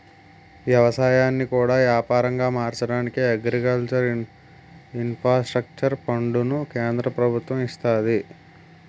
ఎవసాయాన్ని కూడా యాపారంగా మార్చడానికి అగ్రికల్చర్ ఇన్ఫ్రాస్ట్రక్చర్ ఫండును కేంద్ర ప్రభుత్వము ఇస్తంది